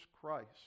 Christ